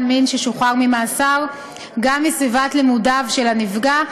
מין ששוחרר ממאסר גם מסביבת לימודיו של הנפגע,